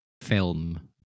film